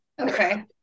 okay